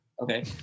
Okay